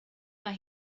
mae